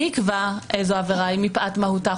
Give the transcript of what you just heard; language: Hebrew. מי יקבע איזו עבירה היא מפאת מהותה,